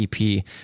EP